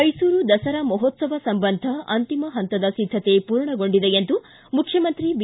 ಮೈಸೂರು ದಸರಾ ಮಹೋತ್ಸವ ಸಂಬಂಧ ಅಂತಿಮ ಹಂತದ ಸಿದ್ದತೆ ಪೂರ್ಣಗೊಂಡಿದೆ ಎಂದು ಮುಖ್ಯಮಂತ್ರಿ ಬಿ